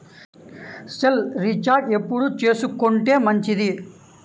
Cell recharge ఎప్పుడు చేసుకొంటే మంచిది?